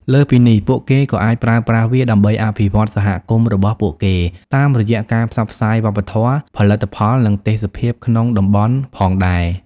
លើសពីនេះ ពួកគេក៏អាចប្រើប្រាស់វាដើម្បី អភិវឌ្ឍសហគមន៍របស់ពួកគេ តាមរយៈការផ្សព្វផ្សាយវប្បធម៌ ផលិតផល និងទេសភាពក្នុងតំបន់ផងដែរ។